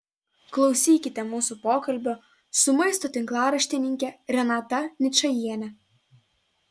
klausykite mūsų pokalbio su maisto tinklaraštininke renata ničajiene